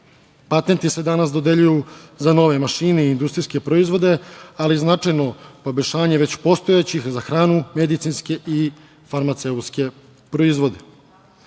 pravo. Patenti se danas dodeljuju za nove mašine i industrijske proizvode, ali značajno poboljšanje već postojećih, za hranu, medicinske i farmaceutske